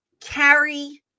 carry